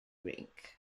rink